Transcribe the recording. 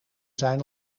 zijn